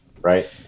right